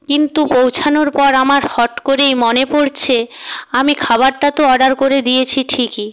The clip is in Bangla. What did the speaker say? কিন্তু পৌঁছানোর পর আমার হট করেই মনে পড়ছে আমি খাবারটা তো অর্ডার করে দিয়েছি ঠিকই